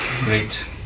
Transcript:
Great